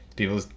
people